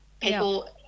People